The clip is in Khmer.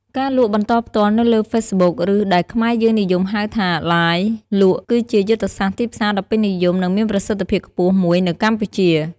ការលក់បន្តផ្ទាលនៅលើ Facebook ឬដែលខ្មែរយើងនិយមហៅថា Live លក់ គឺជាយុទ្ធសាស្ត្រទីផ្សារដ៏ពេញនិយម និងមានប្រសិទ្ធភាពខ្ពស់មួយនៅកម្ពុជា។